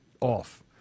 off